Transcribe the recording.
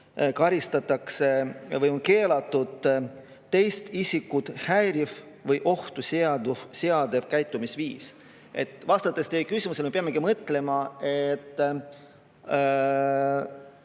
karistatakse või on keelatud teist isikut häiriv või ohtu seadev käitumisviis. Vastan teie küsimusele nii, et me peamegi mõtlema, et